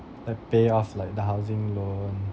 then payoff like the housing loan